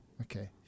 Okay